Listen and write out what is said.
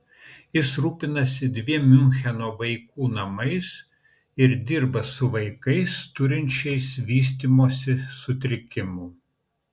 jis rūpinasi dviem miuncheno vaikų namais ir dirba su vaikais turinčiais vystymosi sutrikimų